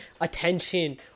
attention